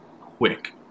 quick